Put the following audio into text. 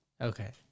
Okay